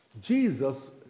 Jesus